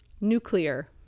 Nuclear